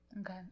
Okay